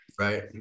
right